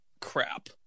crap